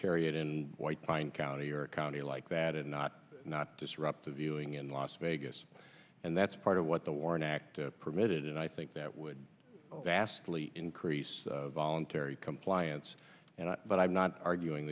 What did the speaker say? carry it in white pine county or a county like that and not not disrupt the viewing in las vegas and that's part of what the warren act permitted and i think that would vastly increase voluntary compliance but i'm not arguing